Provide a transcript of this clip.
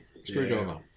screwdriver